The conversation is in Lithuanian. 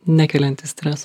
nekeliantys streso